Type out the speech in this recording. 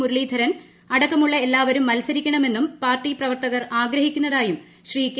മുരളീധരൻ അടക്കമുള്ള എല്ലാവരും മത്സരിക്കണമെന്നാണ് പാർട്ടി പ്രവർത്തകർ ആഗ്രഹിക്കുന്നതെന്നും ശ്രീ കെ